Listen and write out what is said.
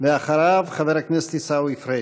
ואחריו, חבר כנסת עיסאווי פריג'.